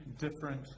different